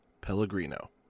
Pellegrino